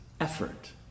effort